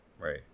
right